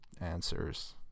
answers